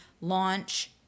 launch